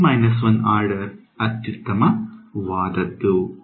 N 1 order ಅತ್ಯುತ್ತಮವಾದದ್ದು